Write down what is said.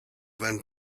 went